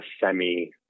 semi